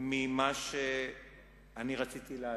ממה שרציתי להגיד,